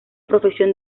profesión